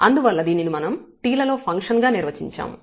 అందువల్ల దీనిని మనం t లలో ఫంక్షన్ గా నిర్వచించాము